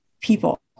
people